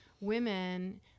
women